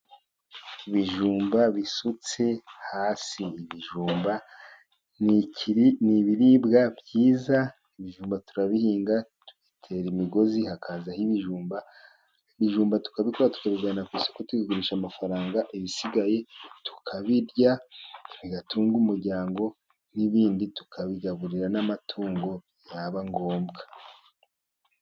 Ibijumba bisutse hasi. Ibijumba ni ibiribwa byiza, ibijumba turabihinga. Dutera imigozi hakazaho ibijumba. Ibijumba tukabyikorera tukabijyana ku isoko tukabigurisha bakaduha amafaranga, ibisigaye tukabirya bigatunga umuryango, n'ibindi tukabigaburira n'amatungo byaba ngombwa.